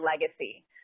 legacy